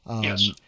Yes